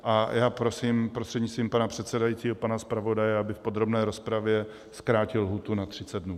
A já prosím prostřednictvím pana předsedajícího pana zpravodaje, aby v podrobné rozpravě zkrátil lhůtu na 30 dnů.